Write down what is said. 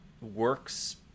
works